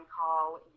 call